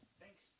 Thanks